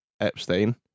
Epstein